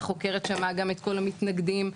החוקרת שמעה גם את כל המתנגדים,